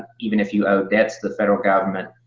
even if you owe debts the federal government,